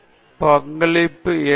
அச்சு புள்ளிகளின் பங்களிப்பு என்ன